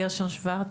גרשון שוורץ.